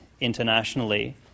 internationally